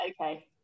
Okay